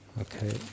Okay